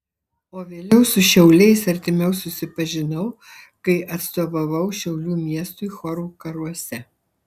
o vėliau su šiauliais artimiau susipažinau kai atstovavau šiaulių miestui chorų karuose